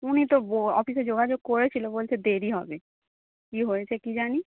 উনি তো বো অপিসে যোগাযোগ করেছিলো বলছে দেরি হবে কী হয়েছে কী জানি